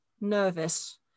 nervous